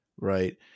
right